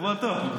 שבוע טוב.